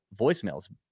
voicemails